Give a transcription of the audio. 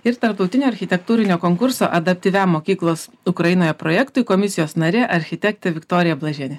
ir tarptautinio architektūrinio konkurso adaptyviam mokyklos ukrainoje projektui komisijos narė architektė viktorija blažienė